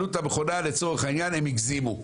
עלות המכונה לצורך העניין הם הגזימו.